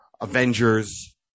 Avengers